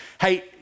Hey